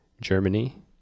germany